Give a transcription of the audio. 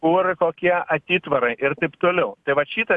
kur kokie atitvarai ir taip toliau tai vat šitas